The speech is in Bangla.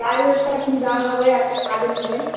কি দাম হবে একটা নিলে